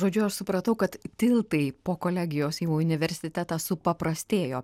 žodžiu aš supratau kad tiltai po kolegijos į universitetą supaprastėjo